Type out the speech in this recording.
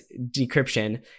decryption